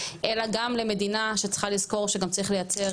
אלא גם למדינה שצריכה לזכור שצריך לייצר